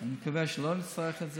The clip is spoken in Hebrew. אני מקווה שלא נצטרך את זה.